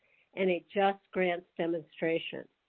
and a justgrants demonstration.